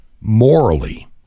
morally